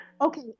Okay